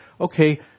okay